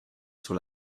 sur